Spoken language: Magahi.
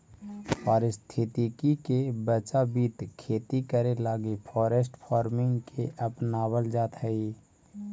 पारिस्थितिकी के बचाबित खेती करे लागी फॉरेस्ट फार्मिंग के अपनाबल जाइत हई